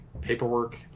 paperwork